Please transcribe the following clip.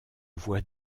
vois